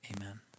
amen